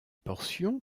portions